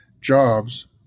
jobs